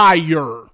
Fire